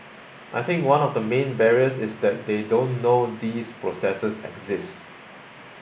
I think one of the main barriers is that they don't know these processes exist